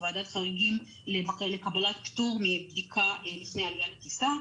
ועדת חריגים לקבלת פטור מבדיקה לפני עלייה לטיסה,